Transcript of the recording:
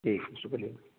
ٹھیک ہے شکریہ